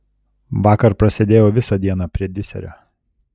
vakar prasėdėjau visą dieną prie diserio